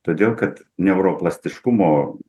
todėl kad neuroplastiškumo